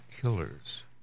Killers